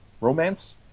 Romance